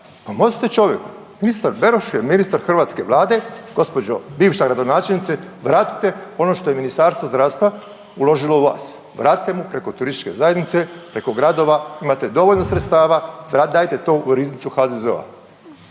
Pomozite čovjeku, ministar Beroš je ministar hrvatske Vlade gospođo bivša gradonačelnice, vratite ono što je Ministarstvo zdravstva uložilo u vas, vratite mu preko turističke zajednice preko gradova, imate dovoljno sredstva dajte to u riznicu HZZO-a.